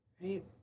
right